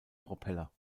propeller